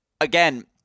Again